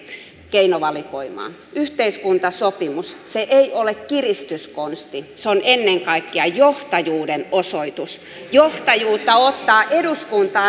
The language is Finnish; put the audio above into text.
keinovalikoimaa yhteiskuntasopimus ei ole kiristyskonsti se on ennen kaikkea johtajuuden osoitus johtajuutta ottaa eduskuntaan